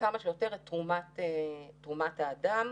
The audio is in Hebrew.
רמת זיהום האוויר ירדה יותר מ-50%,